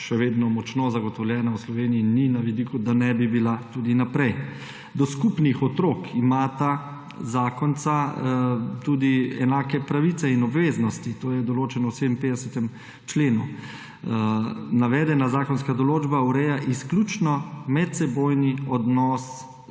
še vedno močno zagotovljena v Sloveniji in ni na vidiku, da ne bi bila tudi naprej. Do skupnih otrok imata zakonca tudi enake pravice in obveznosti. To je določeno v 57. členu. Navedena zakonska določba ureja izključno medsebojni odnos